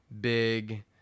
big